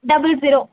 double zero